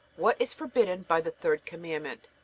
what is forbidden by the third commandment?